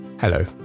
Hello